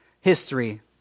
history